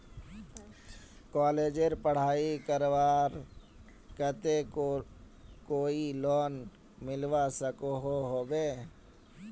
कॉलेजेर पढ़ाई करवार केते कोई लोन मिलवा सकोहो होबे?